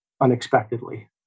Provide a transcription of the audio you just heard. unexpectedly